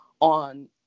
on